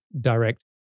direct